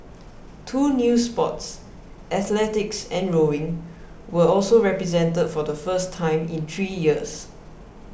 two new sports athletics and rowing were also represented for the first time in three years